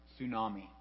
Tsunami